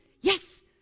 Yes